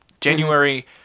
January